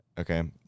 Okay